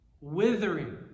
withering